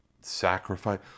sacrifice